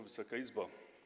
Wysoka Izbo!